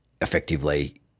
effectively